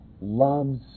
loves